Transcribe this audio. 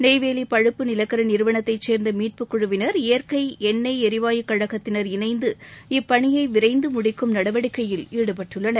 நெய்வேலி பழுப்பு நிலக்கரி நிறுவனத்தை சேர்ந்த மீட்புக்குழுவினர் இயற்கை எண்ணெய் எரிவாயு கழகத்தினர் இணைந்து இப்பணியை விரைந்து முடிக்கும் நடவடிக்கையில் ஈடுபட்டுள்ளனர்